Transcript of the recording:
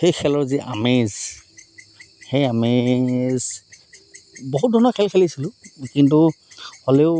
সেই খেলৰ যি আমেজ সেই আমেজ বহুত ধৰণৰ খেল খেলিছিলোঁ কিন্তু হ'লেও